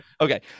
Okay